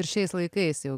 ir šiais laikais jau